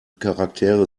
charaktere